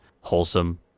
wholesome